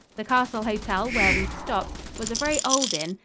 the castle hotel, where we stopped, was a very old inn,